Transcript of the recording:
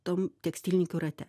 tom tekstilininkių rate